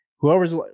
whoever's